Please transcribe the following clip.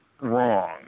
Wrong